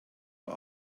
uhr